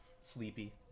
sleepy